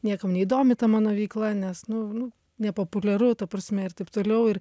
niekam neįdomi ta mano veikla nes nu nu nepopuliaru ta prasme ir taip toliau ir